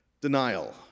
Denial